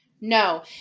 no